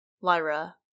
Lyra